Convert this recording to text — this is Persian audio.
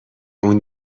اون